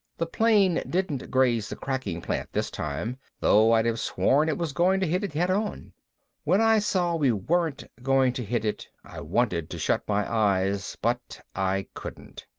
the plane didn't graze the cracking plant this time, though i'd have sworn it was going to hit it head on. when i saw we weren't going to hit it, i wanted to shut my eyes, but i couldn't.